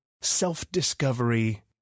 self-discovery